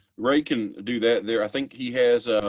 ray can do that there. i think he has